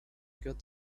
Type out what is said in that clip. got